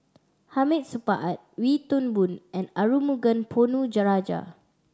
Hamid Supaat Wee Toon Boon and Arumugam Ponnu Rajah